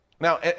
Now